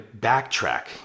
backtrack